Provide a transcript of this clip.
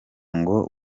ngo